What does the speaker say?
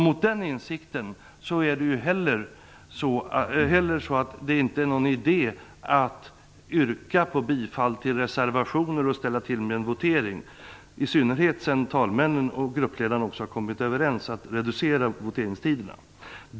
Mot den insikten är det inte heller någon idé att yrka bifall till reservationer och ställa till med en votering, i synnerhet sedan talmännen och gruppledarna kommit överens om att reducera voteringstiderna.